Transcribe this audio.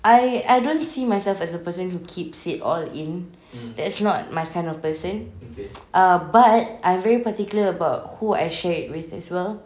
I I don't see myself as a person who keeps it all in that's not my kind of person ah but I'm very particular with who I share it with as well